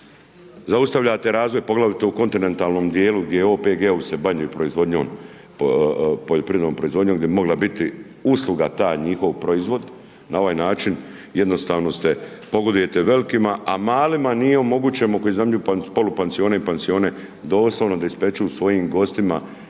Zaustavljate razvoj, poglavito u kontinentalnom dijelu gdje OPG-om se bave proizvodnjom, poljoprivrednom proizvodnjom bi mogla biti usluga taj njihov proizvod. Na ovaj način jednostavno ste, pogodujete velikima, a malima nije omogućen koji iznajmljuju polupansione i pansione doslovno da ispeku svojim gostima